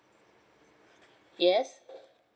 yes